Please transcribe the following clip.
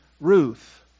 Ruth